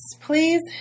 please